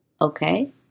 okay